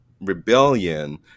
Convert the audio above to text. rebellion